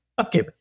Okay